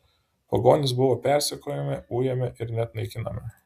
pagonys buvo persekiojami ujami ir net naikinami